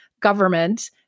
government